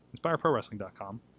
InspireProWrestling.com